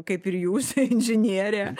kaip ir jūs inžinierė